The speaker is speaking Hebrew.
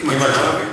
עם התשובה.